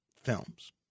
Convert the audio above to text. Films